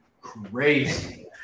crazy